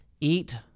eat